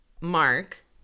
Mark